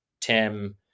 Tim